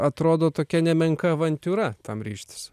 atrodo tokia nemenka avantiūra tam ryžtis